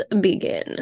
begin